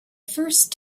first